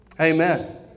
Amen